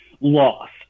lost